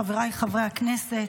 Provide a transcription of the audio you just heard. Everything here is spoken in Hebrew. חבריי חברי הכנסת,